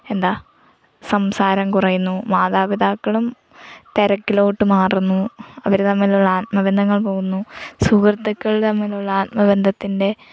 എന്താ സംസാരം കുറയുന്നു മാതാപിതാക്കളും തിരക്കിലോട്ട് മാറുന്നു അവർ തമ്മിലുള്ള ആത്മബന്ധങ്ങൾ പോകുന്നു സുഹൃത്തുക്കൾ തമ്മിലുള്ള ആത്മബന്ധത്തിൻ്റെ